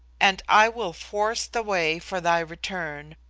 and i will force the way for thy return,